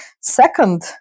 second